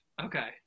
okay